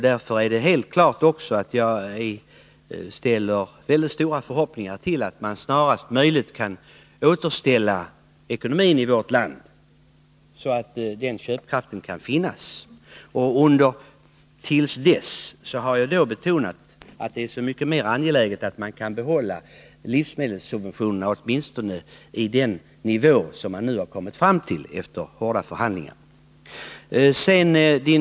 Därför är det också helt klart att jag hyser starka förhoppningar om att ekonomin i vårt land snarast möjligt kan återställas, så att konsumenterna får denna köpkraft. Jag har betonat att det är mycket angeläget att vi till dess kan behålla livsmedelssubventionerna åtminstone på den nivå som man efter hårda förhandlingar kommit fram till.